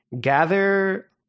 gather